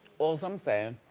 all's i'm saying.